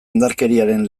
indarkeriaren